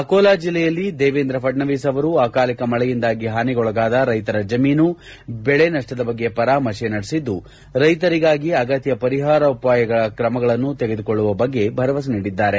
ಅಕೋಲಾ ಜಿಲ್ಲೆಯಲ್ಲಿ ದೇವೇಂದ್ರ ಫಡ್ಡವಿಸ್ ಅವರು ಅಕಾಲಿಕ ಮಳೆಯಿಂದಾಗಿ ಹಾನಿಗೊಳಗಾದ ರೈತರ ಜಮೀನು ಬೆಳೆ ನಷ್ನದ ಬಗ್ಗೆ ಪರಾಮರ್ಶೆ ನಡೆಸಿದ್ದು ರೈತರಿಗಾಗಿ ಅಗತ್ಯ ಪರಿಹಾರೋಪಾಯ ಕ್ರಮಗಳನ್ನು ತೆಗೆದುಕೊಳ್ಳುವ ಬಗ್ಗೆ ಭರವಸೆ ನೀಡಿದ್ದಾರೆ